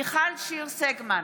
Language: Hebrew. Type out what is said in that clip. מיכל שיר סגמן,